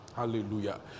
Hallelujah